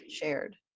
shared